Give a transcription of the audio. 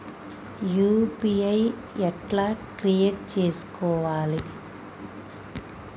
UPI ఎట్లా create చేసుకోవాలి?